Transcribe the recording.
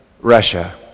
Russia